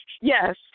yes